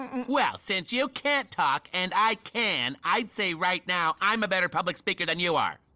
well since you can't talk and i can, i'd say right now i'm a better public speaker than you are!